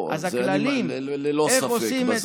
לא, זה ללא ספק.